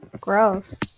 Gross